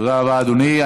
תודה רבה, אדוני.